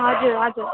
हजुर हजुर